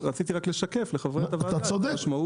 צודק.